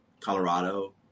Colorado